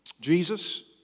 Jesus